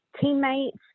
teammates